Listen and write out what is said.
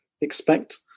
expect